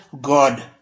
God